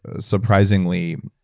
ah surprisingly